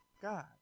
god